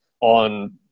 on